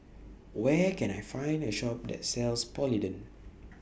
Where Can I Find A Shop that sells Polident